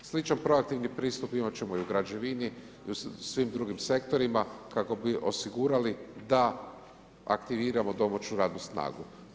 Sličan pro aktivni pristup imat ćemo i u građevini i u svim drugim sektorima, kako bi osigurali da aktiviramo domaću radnu snagu.